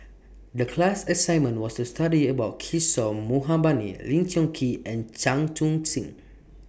The class assignment was to study about Kishore Mahbubani Lee Choon Kee and Chan Chun Sing